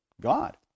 God